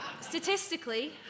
statistically